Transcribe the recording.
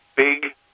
Big